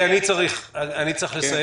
כי אני צריך לסיים.